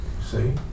See